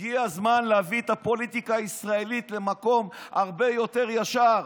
הגיע הזמן להביא את הפוליטיקה הישראלית למקום הרבה יותר ישר,